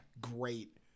great